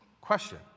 Question